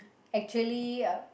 actually uh